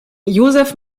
joseph